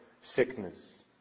sickness